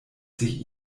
sich